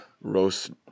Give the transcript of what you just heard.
roast